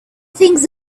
things